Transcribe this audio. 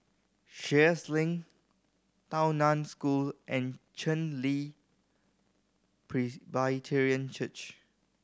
Sheares Link Tao Nan School and Chen Li Presbyterian Church